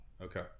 Okay